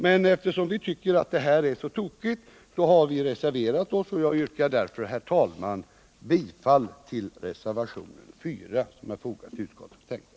Men eftersom vi tycker att nuvarande konstruktion är felaktig har vi reserverat oss, och jag yrkar därför, herr talman, bifall till reservationen 4 vid utskottets betänkande.